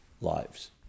lives